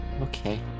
okay